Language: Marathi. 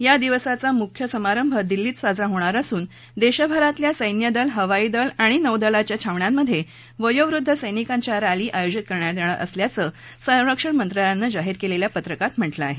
या दिवसाचा मुख्य समारंभ दिल्लीत साजरा होणार असून देशभरातल्या सेन्यदल हवाईदल आणि नौदलाच्या छावण्यांमध्ये वयोवध्द सैनिकांच्या रैली आयोजित करण्यात येणार असल्याचं संरक्षण मंत्रालयानं जाहीर केलेल्या पत्रकात म्हटलं आहे